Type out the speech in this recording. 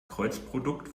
kreuzprodukt